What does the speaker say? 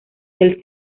del